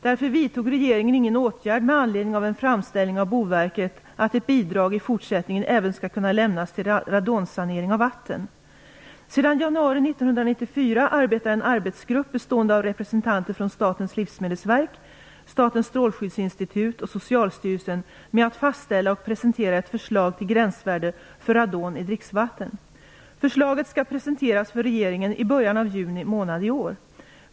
Därför vidtog regeringen ingen åtgärd med anledning av en framställning av Boverket, att ett bidrag i fortsättningen även skall kunna lämnas till radonsanering av vatten. Sedan januari 1994 arbetar en arbetsgrupp bestående av representanter för Statens livsmedelsverk, Statens strålskyddsinstitut och Socialstyrelsen med att fastställa och presentera ett förslag till gränsvärde för radon i dricksvatten. Förslaget skall presenteras för regeringen i början av juni i år.